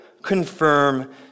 confirm